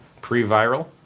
pre-viral